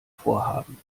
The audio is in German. vorhaben